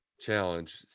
challenge